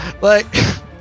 Like-